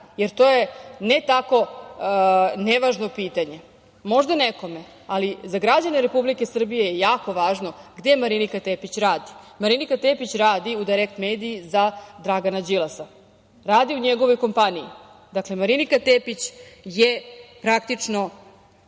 Jer, to je, ne tako nevažno pitanje, možda nekome, ali za građane Republike Srbije je jako važno gde Marinika Tepić radi. Marinika Tepić radi u „Dajrekt mediji“ za Dragana Đilasa. Radi u njegovoj kompaniji. Dakle, Marinika Tepić je praktično